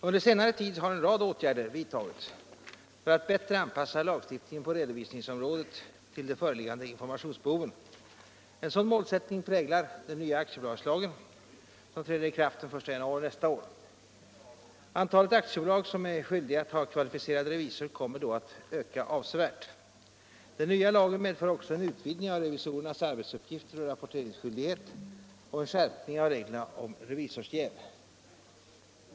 Under senare tid har en rad åtgärder vidtagits för att bättre anpassa lagstiftningen på redovisningsområdet till de föreliggande informationsbehoven. En sådan målsättning präglar den nya aktiebolagslagen som träder i kraft den 1 januari nästa år. Antalet aktiebolag som är skyldiga att ha kvalificerad revisor kommer då att öka avsevärt. Den nya lagen medför också en utvidgning av revisorernas arbetsuppgifter och rapporteringsskyldighet och en skärpning av reglerna om revisorsjäv.